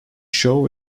show